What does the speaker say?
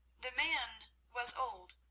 the man was old,